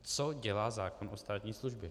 Co dělá zákon o státní službě?